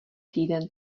týden